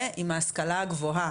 ועם ההשכלה הגבוהה,